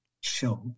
show